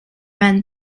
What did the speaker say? ran